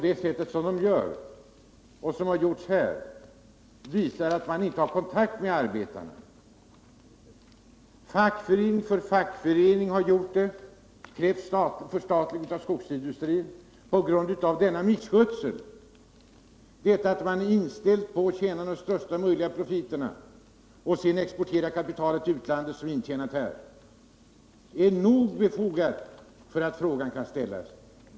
Det visar dock att man inte har riktig kontakt med arbetarna. Fackförening efter fackförening har krävt ett förstatligande av skogsindustrin på grund av den misskötsel som ägt rum, på grund av att skogsägarna är inställda på att få största möjliga profiter och sedan exportera kapitalet till utlandet. Detta är skäl nog för att kravet kan resas.